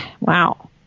Wow